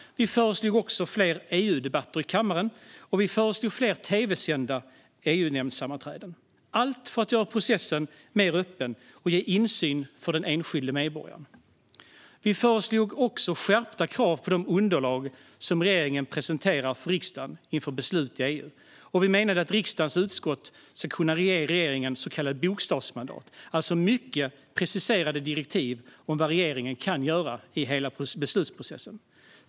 Vi föreslog också fler EU-debatter i kammaren och fler tv-sända EU-nämndssammanträden. Allt detta föreslog vi för att göra processen mer öppen och ge den enskilda medborgaren insyn. Vi föreslog också skärpta krav på de underlag som regeringen presenterar för riksdagen inför beslut i EU, och vi menade att riksdagens utskott skulle kunna ge regeringen så kallat bokstavsmandat, alltså mycket preciserade direktiv om vad regeringen kan göra i beslutsprocessen.